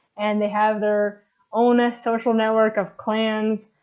and they have their own ah social network of clans,